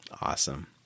Awesome